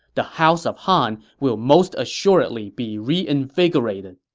the house of han will most assuredly be reinvigorated.